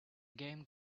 game